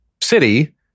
City